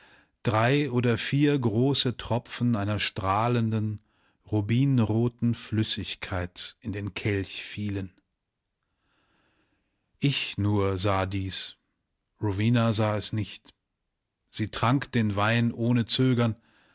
drei oder vier große tropfen einer strahlenden rubinroten flüssigkeit in den kelch fielen ich nur sah dies rowena sah es nicht sie trank den wein ohne zögern